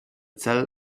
zell